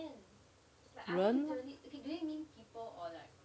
they want